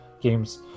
games